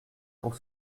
pour